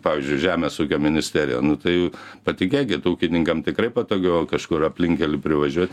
pavyzdžiui žemės ūkio ministerija nu tai patikėkit ūkininkam tikrai patogiau kažkur aplinkkeliu privažiuot